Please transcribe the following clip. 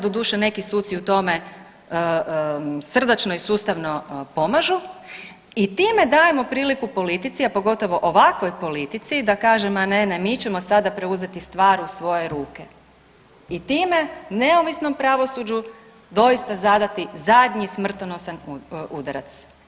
Doduše, neki suci u tome srdačno i sustavno pomažu i time dajemo priliku politici, a pogotovo ovakvoj politici da kaže ma ne, ne, mi ćemo sada preuzeti stvar u svoje ruke i time neovisnom pravosuđu doista zadati zadnji smrtonosan udarac.